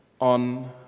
on